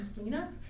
cleanup